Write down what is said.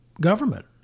government